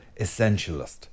essentialist